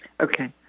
Okay